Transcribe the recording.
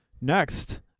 next